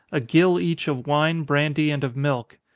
a gill each of wine, brandy, and of milk.